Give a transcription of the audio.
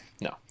no